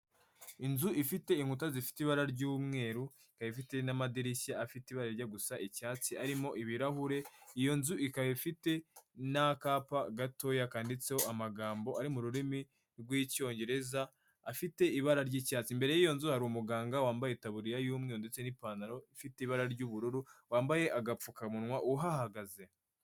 Inzu ifite inkuta zifite ibara ry'umweru, ikaba ifite n'amadirishya afite ibara rijya gusa icyatsi arimo ibirahure, iyo nzu ikaba ifite n'akapa gatoya kanditseho amagambo ari mu rurimi rw'icyongereza afite ibara ry'icyatsi. Imbere y'iyo nzu hari umuganga wambaye itaburiya y'umweru ndetse n'ipantaro ifite ibara ry'ubururu, wambaye agapfukamunwa, uhahagaze.